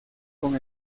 con